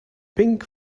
pink